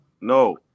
no